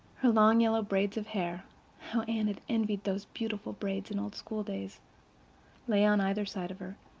her long yellow braids of hair how anne had envied those beautiful braids in old schooldays lay on either side of her.